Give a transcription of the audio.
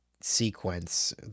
sequence